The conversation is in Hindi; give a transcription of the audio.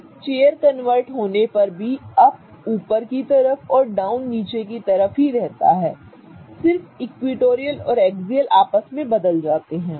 तो चेयर इंट्रकन्वर्ट होने पर भी अप ऊपर और डाउन नीचे ही रहता है सिर्फ एक्सियल और इक्विटोरियल आपस में बदल जाते हैं